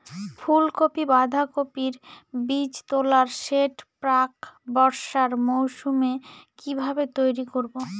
ফুলকপি বাধাকপির বীজতলার সেট প্রাক বর্ষার মৌসুমে কিভাবে তৈরি করব?